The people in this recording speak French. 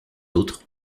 autres